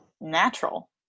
natural